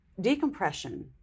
decompression